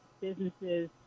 businesses